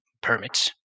permits